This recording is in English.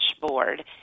board